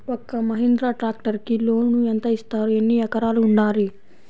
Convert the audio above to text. ఒక్క మహీంద్రా ట్రాక్టర్కి లోనును యెంత ఇస్తారు? ఎన్ని ఎకరాలు ఉండాలి?